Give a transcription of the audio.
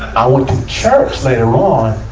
i went to church later on,